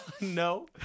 No